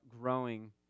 growing